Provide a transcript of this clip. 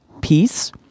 peace